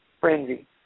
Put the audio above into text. frenzy